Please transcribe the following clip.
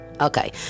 okay